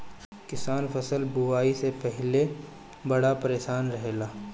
किसान फसल बुआई से पहिले बड़ा परेशान रहेला